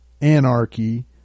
anarchy